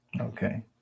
Okay